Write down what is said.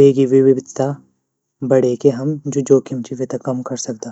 वेगी विविधता बणे के हम जू जोखिम ची वेता कम कर सकदा।